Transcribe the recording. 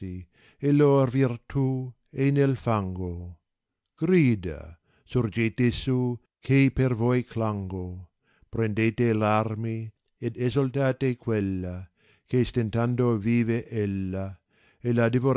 e l'or virtù è nel fango grida surgela su che per voi clango prendete v armi ed esaltate quella che stentando vive ella e la divoran